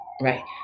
Right